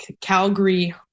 Calgary